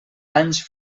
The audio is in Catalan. anys